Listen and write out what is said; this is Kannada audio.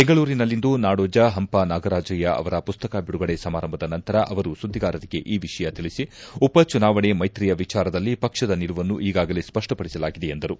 ಬೆಂಗಳೂರಿನಲ್ಲಿಂದು ನಾಡೋಜ ಪಂಪ ನಾಗರಾಜಯ್ಯ ಅವರ ಮಸ್ತಕ ಬಿಡುಗಡೆ ಸಮಾರಂಭದ ನಂತರ ಅವರು ಸುದ್ದಿಗಾರರಿಗೆ ಈ ವಿಷಯ ತಿಳಿಸಿ ಉಪ ಚುನಾವಣೆ ಮೈತ್ರಿಯ ವಿಚಾರದಲ್ಲಿ ಪಕ್ಷದ ನಿಲುವನ್ನು ಈಗಾಗಲೇ ಸ್ಪಷ್ಟಪಡಿಸಲಾಗಿದೆ ಎಂದರು